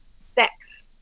sex